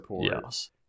yes